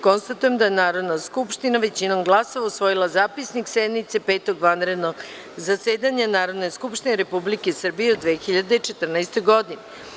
Konstatujem da je Narodna skupština većinom glasova usvojila Zapisnik sednice Petog vanrednog zasedanja Narodne skupštine Republike Srbije u 2014. godini.